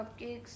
cupcakes